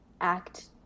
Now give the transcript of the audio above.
act